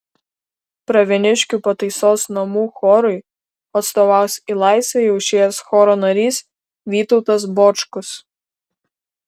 pravieniškių pataisos namų chorui atstovaus į laisvę jau išėjęs choro narys vytautas bočkus